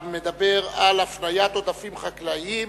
המדבר על הפניית עודפים חקלאיים